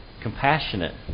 compassionate